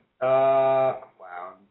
Wow